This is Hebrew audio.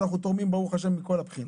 ואנחנו תורמים מכל הבחינות,